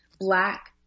black